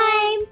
time